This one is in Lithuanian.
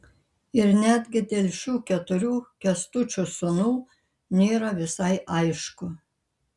ir netgi dėl šių keturių kęstučio sūnų nėra visai aišku